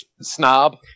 snob